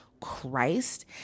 Christ